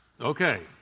Okay